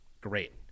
great